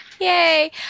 Yay